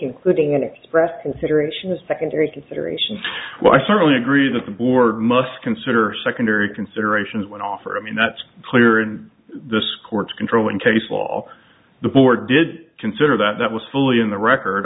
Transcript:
including an expressed consideration a secondary consideration well i certainly agree that the board must consider secondary considerations when i offer i mean that's clear in this court's control in case law the board did consider that that was fully in the record